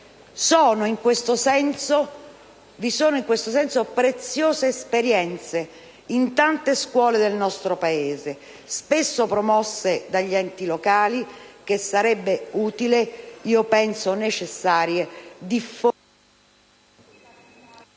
Vi sono in questo senso preziose esperienze in tante scuole del nostro Paese, spesso promosse dagli enti locali, che sarebbe utile - io penso necessario - diffondere